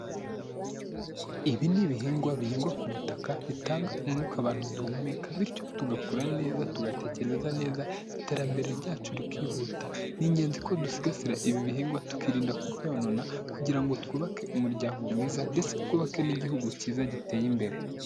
Ibi ni ibihingwa bihingwa ku butaka bitanga umwuka abantu duhumeka bityo tugakura neza tugatekereza neza iterambere ryacu rikihuta, ni ingenzi ko dusigasira ibi bihingwa tukirinda kubyonona kugira ngo twubake umuryango mwiza ndetse twubake n'igihugu cyiza giteye imbere.